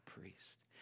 priest